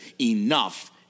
enough